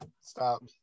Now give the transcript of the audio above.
stop